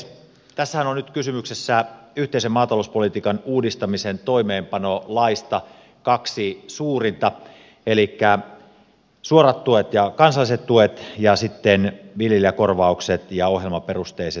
tässähän on nyt kysymyksessä yhteisen maatalouspolitiikan uudistamisen toimeenpanolaista kaksi suurinta elikkä suorat tuet ja kansalliset tuet ja sitten viljelijäkorvaukset ja ohjelmaperusteiset tuet